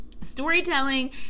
storytelling